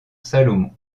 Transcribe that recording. salmon